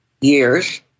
years